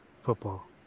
football